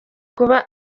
kuba